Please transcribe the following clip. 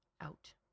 out